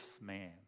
man